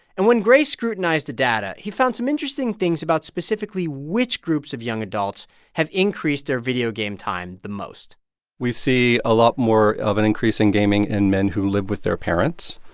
and when gray scrutinized the data, he found some interesting things about, specifically, which groups of young adults have increased their video game time the most we see a lot more of an increase in gaming in men who live with their parents,